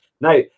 Now